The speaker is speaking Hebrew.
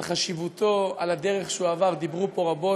על חשיבותו, על הדרך שהוא עבר, דיברו פה רבות.